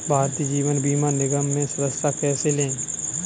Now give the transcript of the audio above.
भारतीय जीवन बीमा निगम में सदस्यता कैसे लें?